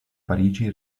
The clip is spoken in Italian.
parigi